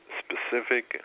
specific